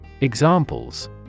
Examples